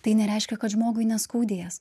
tai nereiškia kad žmogui neskaudės